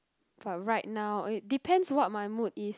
but right it depends what my mood is